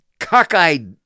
cockeyed